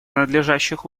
надлежащих